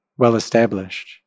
well-established